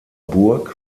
burg